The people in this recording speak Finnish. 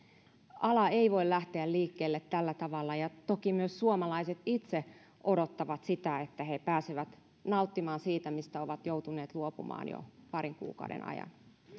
ala ei voi lähteä liikkeelle tällä tavalla ja toki myös suomalaiset itse odottavat sitä että he pääsevät nauttimaan siitä mistä ovat joutuneet luopumaan jo parin kuukauden ajan